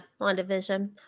Wandavision